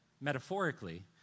metaphorically